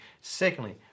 Secondly